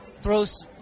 throws